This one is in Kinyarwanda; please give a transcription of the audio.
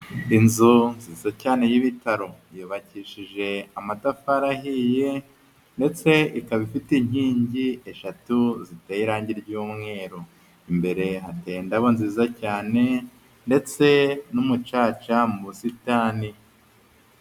Inzu nziza cyane y'ibitaro. Yubakishije amatafari ahiye ndetse ikaba ifite inkingi eshatu ziteye irange ry'umweru. Imbere hateye indabo nziza cyane ndetse n'umucaca mu busitani.